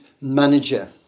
manager